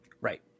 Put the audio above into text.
right